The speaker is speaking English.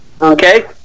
Okay